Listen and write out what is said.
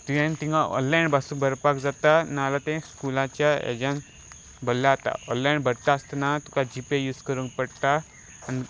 तुवें थंय ऑनलायन बासूं भरपाक जाता नाजाल्यार तें स्कुलाच्या एजान भरल्या जाता ऑनलायन भरता आसतना तुका जीपे यूज करूंक पडटा आनी